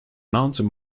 mountain